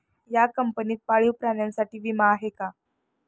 या कंपनीत पाळीव प्राण्यांसाठी विमा आहे का?